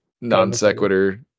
non-sequitur